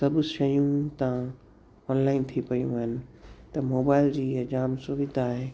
सभु शयूं तव्हां ऑनलाइन थी पयूं आहिनि त मोबाइल जी इहा जाम सुविधा आहे